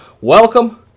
Welcome